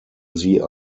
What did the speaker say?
sie